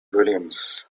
williams